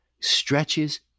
stretches